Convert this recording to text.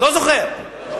לא זוכר.